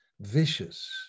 vicious